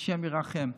השם ירחם.